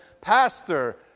pastor